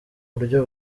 buryo